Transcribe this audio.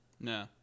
No